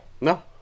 no